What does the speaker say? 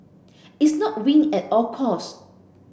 it's not win at all cost